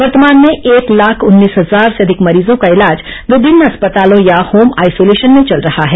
वर्तमान में एक लाख उन्नीस हजार से अधिक मरीजों का इलाज विभिन्न अस्पतालों या होम आइसोलेशन में चल रहा है